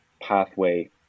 pathway